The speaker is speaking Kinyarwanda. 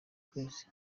twese